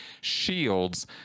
shields